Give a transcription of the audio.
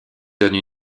donne